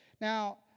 Now